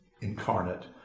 incarnate